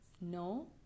no